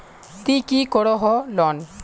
ती की करोहो लोन?